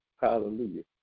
hallelujah